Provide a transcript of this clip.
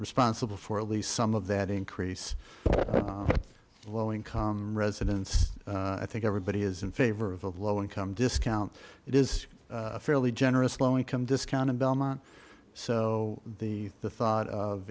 responsible for at least some of that increase low income residents i think everybody is in favor of the low income discount it is a fairly generous low income discount to belmont so the thought of